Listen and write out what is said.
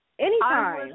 Anytime